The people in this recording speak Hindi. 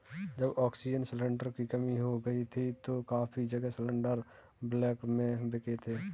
जब ऑक्सीजन सिलेंडर की कमी हो गई थी तो काफी जगह सिलेंडरस ब्लैक में बिके थे